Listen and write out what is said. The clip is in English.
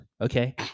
Okay